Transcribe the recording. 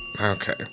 Okay